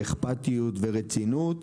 אכפתיות ורצינות.